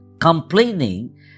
Complaining